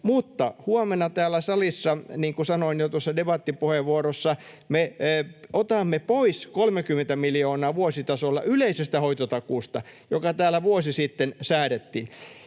huomenna täällä salissa, niin kuin sanoin jo tuossa debattipuheenvuorossa, me otamme pois 30 miljoonaa vuositasolla yleisestä hoitotakuusta, joka täällä vuosi sitten säädettiin.